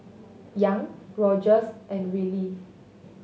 Young Rogers and Reilly